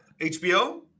hbo